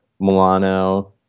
Milano